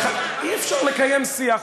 אי-אפשר לקיים שיח.